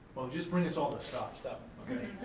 just bring us all the stuff. stuff. okay?